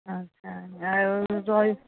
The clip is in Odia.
ଆଚ୍ଛା ଆଉ